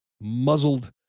muzzled